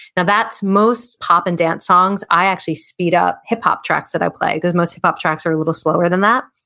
now, that's most pop and dance songs. i actually speed up hip-hop tracks that i play, because most hip-hop tracks are a little slower than that,